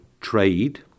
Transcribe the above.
trade